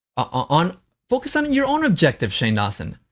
on focus on and your own objective, shane dawson.